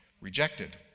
rejected